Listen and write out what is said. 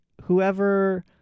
whoever